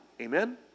Amen